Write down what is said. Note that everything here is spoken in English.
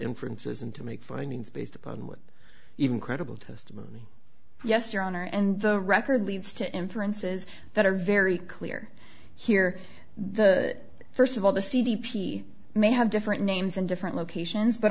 inferences and to make findings based upon with even credible testimony yes your honor and the record leads to inferences that are very clear here the first of all the c d p may have different names in different locations but